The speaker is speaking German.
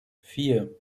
vier